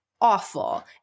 awful